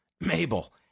Mabel